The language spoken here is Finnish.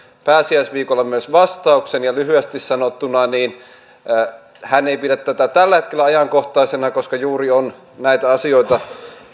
pääsiäisviikolla myös vastauksen lyhyesti sanottuna hän ei pidä tätä tällä hetkellä ajankohtaisena koska juuri on näitä asioita